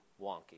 wonky